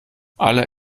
alle